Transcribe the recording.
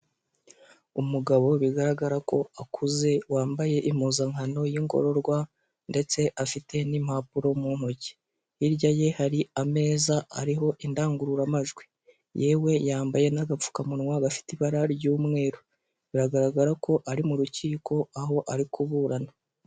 Umugabo bigaragara ko akuze wambaye impuzankano y'ingororwa, ndetse afite n'impapuro mu ntoki, hirya ye hari ameza ariho indangururamajwi, yewe yambaye n'agapfukamunwa gafite ibara ry'umweru biragaragara ko ari mu rukiko aho ari kuburana.